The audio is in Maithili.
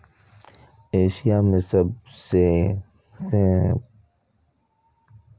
एशिया मे सबसं पैघ जहाजक बेड़ा रहै, जाहि मे पैंतीस लाख जहाज रहै